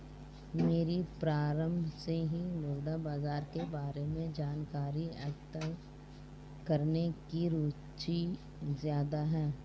मेरी प्रारम्भ से ही मुद्रा बाजार के बारे में जानकारी एकत्र करने में रुचि ज्यादा है